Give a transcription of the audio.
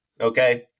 Okay